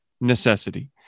necessity